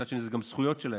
מצד שני אלה גם זכויות שלהם,